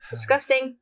Disgusting